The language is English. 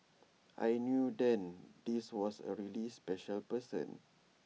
I knew then this was A really special person